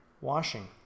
washing